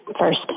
first